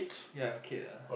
ya have kid ah